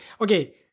Okay